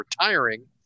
retiring